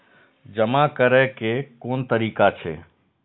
जमा करै के कोन तरीका छै?